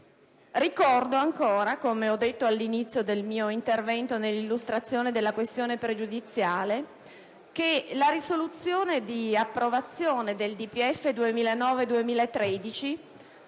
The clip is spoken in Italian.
presente, come ho già detto all'inizio del mio intervento nell'illustrazione della questione pregiudiziale, che la risoluzione di approvazione del DPEF 2009-2013